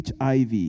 HIV